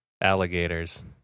alligators